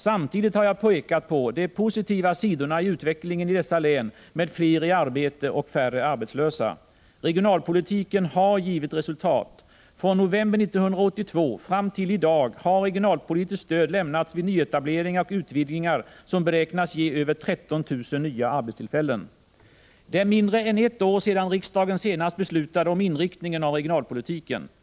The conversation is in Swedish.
Samtidigt har jag pekat på de positiva sidorna i utvecklingen i dessa län med fler i arbete och färre arbetslösa. Regionalpolitiken har givit resultat. Från november 1982 fram till i dag har regionalpolitiskt stöd lämnats vid nyetableringar och utvidgningar som beräknas ge över 13 000 nya arbetstillfällen. Det är mindre än ett år sedan riksdagen senast beslutade om inriktningen av regionalpolitiken.